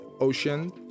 Ocean